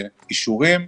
אישורים